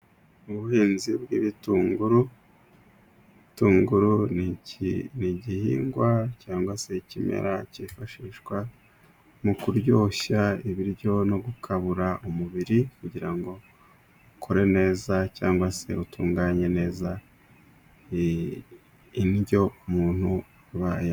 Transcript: Ubuhinzi bw'ibitunguru, ibitunguru nigihingwa cyangwa se ikimera cyifashishwa mu kuryoshya ibiryo, no gukabura umubiri kugirango ukore neza cyangwa se utunganye neza indyo umuntu urwa.